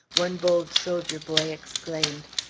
one bold soldier boy exclaimed,